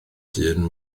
hun